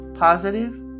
Positive